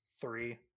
three